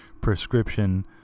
prescription